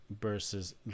versus